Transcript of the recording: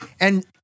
And-